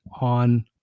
on